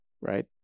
right